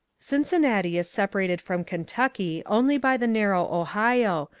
cincinnati is separated from kentucky only by the narrow ohio,